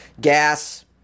Gas